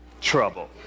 trouble